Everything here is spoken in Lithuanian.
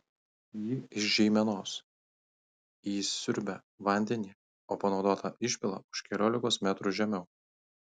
ji iš žeimenos įsiurbia vandenį o panaudotą išpila už keliolikos metrų žemiau